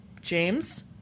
James